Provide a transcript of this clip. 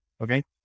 okay